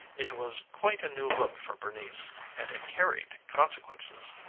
it was quite a new look for bernice and it carried consequences.